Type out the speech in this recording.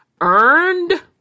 earned